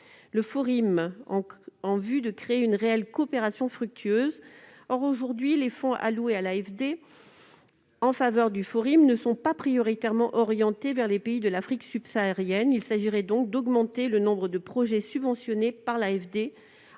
(Forim), en vue de créer une réelle coopération fructueuse. Or, aujourd'hui, les fonds alloués à l'AFD en faveur du Forim ne sont pas prioritairement orientés vers les pays de l'Afrique subsaharienne. Il s'agirait donc d'augmenter le nombre de projets subventionnés par l'AFD